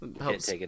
Helps